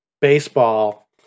baseball